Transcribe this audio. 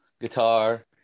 guitar